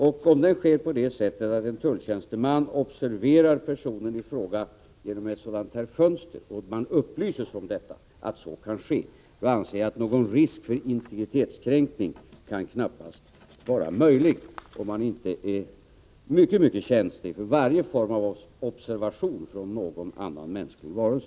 Sker den på det sättet att en tulltjänsteman observerar personen i fråga genom ett sådant här fönster och man upplyses om att så kan ske, anser jag inte att det föreligger någon risk för integritetskränkning — om man inte är oerhört känslig för varje form av observation från någon annan mänsklig varelse.